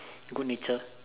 good nature